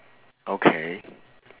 okay